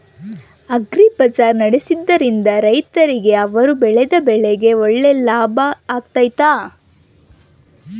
Agri Bazaar ನಡೆಸ್ದೊರಿಂದ ರೈತರಿಗೆ ಅವರು ಬೆಳೆದ ಬೆಳೆಗೆ ಒಳ್ಳೆ ಲಾಭ ಆಗ್ತೈತಾ?